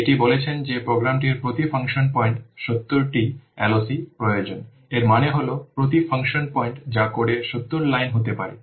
এটি বলেছিল যে প্রোগ্রামটির প্রতি ফাংশন পয়েন্টে 70টি LOC প্রয়োজন এর মানে হল প্রতি ফাংশন পয়েন্ট যা কোডের 70 লাইন হতে পারে